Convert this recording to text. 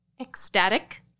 Ecstatic